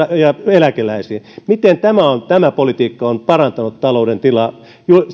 eläkeläisiin tämä politiikka on parantanut talouden tilaa